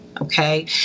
Okay